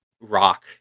rock